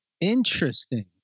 Interesting